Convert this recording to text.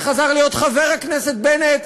שחזר להיות חבר הכנסת בנט,